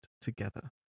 together